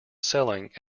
selling